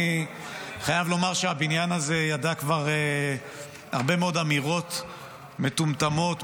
אני חייב לומר שהבניין הזה כבר ידע הרבה מאוד אמירות מטומטמות,